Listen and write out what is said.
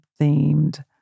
themed